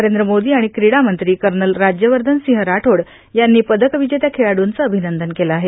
नरेंद्र मोदी आणि क्रीडा मंत्री कर्नल राज्यवर्धन सिंह राठोड यांनी पदक विजेत्या खेळाडूंचं अभिनंदन केलं आहे